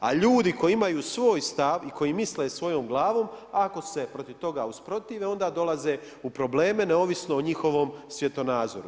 A ljudi koji imaju svoj stav i koji misle svojom glavom, ako se protiv toga usprotive onda dolaze u probleme neovisno o njihovom svjetonazoru.